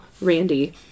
Randy